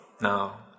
Now